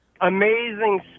amazing